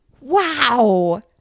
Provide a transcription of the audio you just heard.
wow